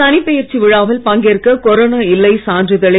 சனிப்பெயர்ச்சிவிழாவில்பங்கேற்ககொரோனாஇல்லைசான்றிதழை